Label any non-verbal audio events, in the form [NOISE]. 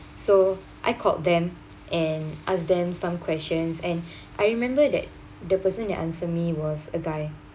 so I called them and ask them some questions and [BREATH] I remember that the person that answer me was a guy